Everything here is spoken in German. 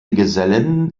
gesellen